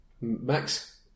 Max